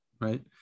right